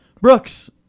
Brooks